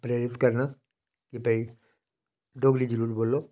प्रेरित करना की भाई डोगरी जरूर बोल्लो